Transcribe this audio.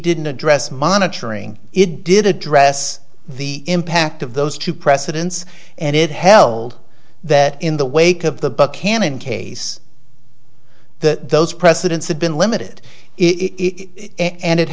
didn't address monitoring it did address the impact of those two precedents and it held that in the wake of the buckhannon case that those presidents had been limited it and it